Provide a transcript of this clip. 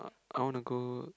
I wanna go